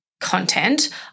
content